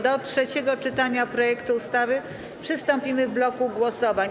Do trzeciego czytania projektu ustawy przystąpimy w bloku głosowań.